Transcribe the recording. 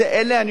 אני אומר לכם,